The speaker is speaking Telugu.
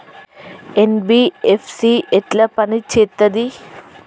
ఎన్.బి.ఎఫ్.సి ఎట్ల పని చేత్తది?